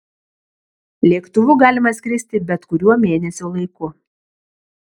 lėktuvu galima skristi bet kuriuo mėnesio laiku